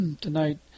tonight